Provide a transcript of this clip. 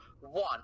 One